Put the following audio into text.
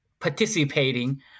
participating